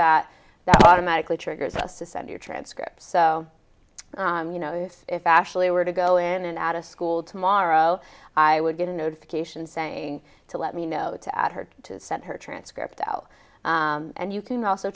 that that automatically triggers us to send you a transcript so you know that if ashley were to go in and out of school tomorrow i would get a notification saying to let me know to add her to send her transcript out and you can also